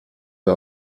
wir